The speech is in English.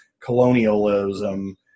colonialism